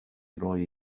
roi